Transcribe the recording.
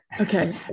Okay